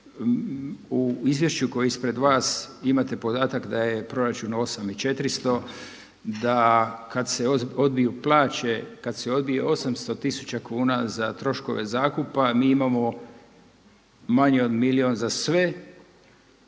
u izvješću koji je ispred vas imate podatak da je proračun 8400, da kad se odbiju plaće, kad se odbije 800000 kuna za troškove zakupa mi imamo manje od milijun za sve